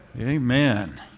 Amen